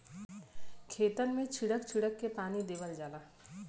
खेतन मे छीड़क छीड़क के पानी देवल जाला